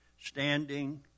standing